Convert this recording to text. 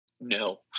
No